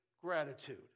gratitude